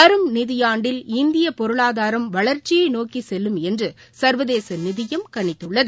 வரும் நிதியாண்டில் இந்திய பொருளாதாரம் வளர்ச்சியை நோக்கி செல்லும் என்று சர்வதேச நிதியம் கணித்துள்ளது